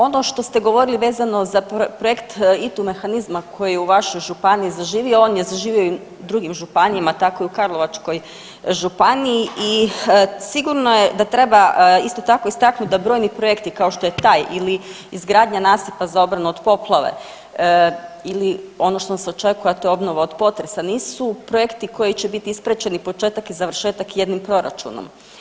Ono što ste govorili vezano za projekt ITU mehanizma koji je u vašoj Županiji zaživio, on je zaživio i u drugim županijama, tako i u Karlovačkoj županiji i sigurno je Ada treba isto tako istaknut da brojni projekti kao što je taj ili izgradnja nasipa za obranu od poplave ili što nas očekuje a to je obnova od potresa, nisu projekti koji će biti ispraćeni početak i završetak jednim proračunom.